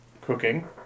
cooking